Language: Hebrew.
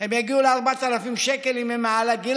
הם יגיעו ל-4,000 שקל אם הם מעל הגיל